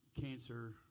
cancer